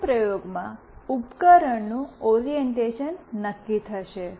પ્રથમ પ્રયોગમાં ઉપકરણનું ઓરિએંટેશન નક્કી થશે